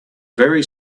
very